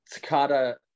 Takata